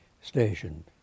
station